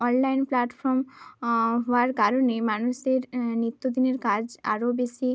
online platform হওয়ার কারণে মানুষের নিত্য দিনের কাজ আরও বেশি